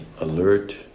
alert